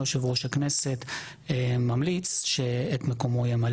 יושב-ראש הכנסת ממליץ שאת מקומו ימלא